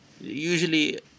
Usually